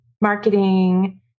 marketing